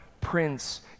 prince